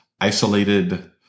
isolated